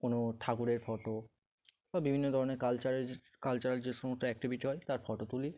কোনো ঠাকুরের ফটো বা বিভিন্ন ধরনের কালচারের যে কালচারাল যে সমস্ত অ্যাক্টিভিটি হয় তার ফটো তুলি